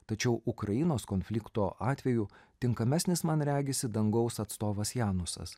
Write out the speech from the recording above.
tačiau ukrainos konflikto atveju tinkamesnis man regisi dangaus atstovas janusas